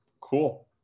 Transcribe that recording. cool